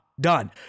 done